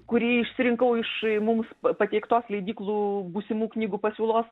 kurį išsirinkau iš mums pateiktos leidyklų būsimų knygų pasiūlos